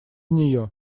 нее